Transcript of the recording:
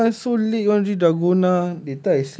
no lah so late want drink dalgona